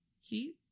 He